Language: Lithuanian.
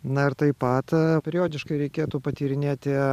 na ir taip pat periodiškai reikėtų patyrinėti